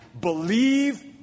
believe